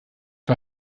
war